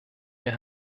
mehr